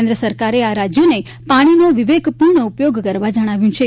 કેન્દ્ર સરકારે આ રાજ્યોને પાણીનો વિવેકપ્રર્ણ ઉપયોગ કરવા જણાવ્યું છે